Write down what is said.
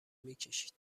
میکشید